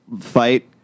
fight